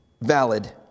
valid